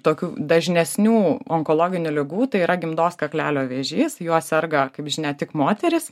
tokių dažnesnių onkologinių ligų tai yra gimdos kaklelio vėžys juo serga kaip žinia tik moterys